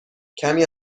کمی